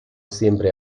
siempre